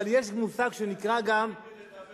אבל יש מושג שנקרא גם, לדבר.